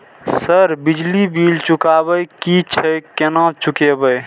Sir बिजली bill चुकाबे की छे केना चुकेबे?